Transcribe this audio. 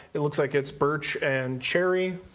it looks like it's birch and cherry.